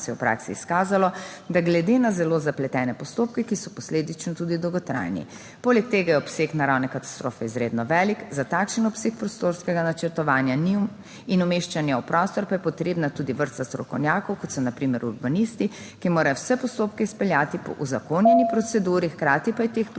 da glede na zelo zapletene postopke, ki so posledično tudi dolgotrajni. Poleg tega je obseg naravne katastrofe izredno velik. Za takšen obseg prostorskega načrtovanja njim in umeščanja v prostor pa je potrebna tudi vrsta strokovnjakov, kot so na primer urbanisti, ki morajo vse postopke izpeljati po uzakonjeni proceduri, / znak za konec